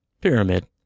pyramid